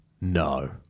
No